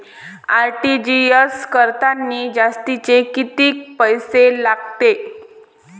RTGS करतांनी जास्तचे कितीक पैसे लागते?